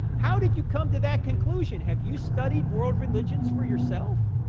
how did you come to that conclusion have you studied world religions for yourself?